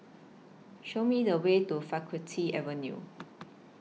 Show Me The Way to Faculty Avenue